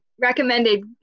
recommended